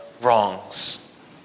wrongs